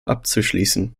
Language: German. abzuschließen